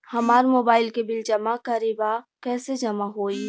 हमार मोबाइल के बिल जमा करे बा कैसे जमा होई?